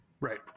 Right